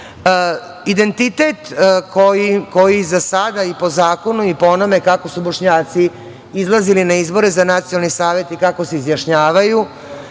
koji za sada, i po zakonu i po onome kako su Bošnjaci izlazili na izbore za nacionalni savet i kako se izjašnjavaju,